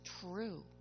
true